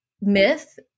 myth